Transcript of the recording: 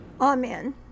Amen